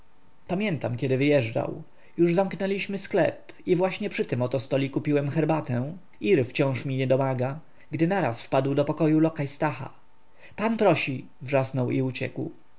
pamiętam kiedy wyjeżdżał już zamknęliśmy sklep i właśnie przy tym oto stoliku piłem herbatę ir wciąż mi nie domaga gdy naraz wpada do pokoju lokaj stacha pan prosi wrzasnął i uciekł